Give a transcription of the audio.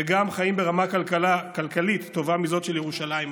וגם חיים ברמה כלכלית טובה מזאת של ירושלים היום.